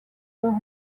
مهره